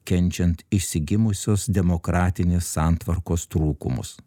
kenčiant išsigimusios demokratinės santvarkos trūkumus